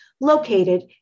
located